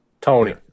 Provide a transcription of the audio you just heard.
Tony